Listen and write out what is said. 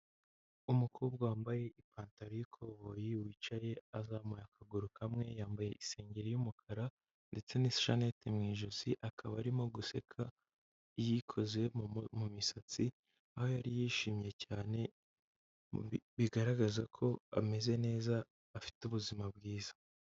Umukobwa wambaye ipantaro y'ikoboyi wicaye azamuye akaguru kamwe yambaye isengeri y'umukara ndetse n'ishaneti mu ijosi akaba arimo guseka yikoze mu misatsi aho yari yishimye cyane bigaragaza ko ameze neza afite ubuzima bwiza.